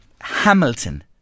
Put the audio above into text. Hamilton